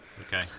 Okay